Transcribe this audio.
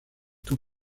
tout